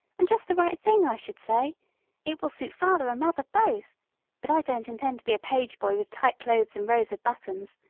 and just the right thing, i should say it will suit father and mother both but i don't intend to be a page-boy with tight clothes and rows of buttons.